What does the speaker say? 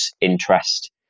interest